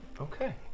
Okay